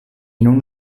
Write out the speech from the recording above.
nun